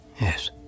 Yes